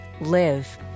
live